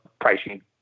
pricing